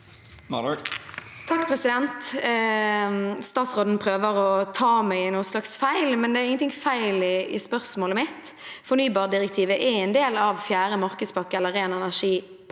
(R) Statsråden prøver å ta meg i en slags feil, men det er ingenting feil i spørsmålet mitt. Fornybardirektivet er en del av fjerde energimarkedspakke eller ren energi-pakken.